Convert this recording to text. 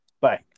bye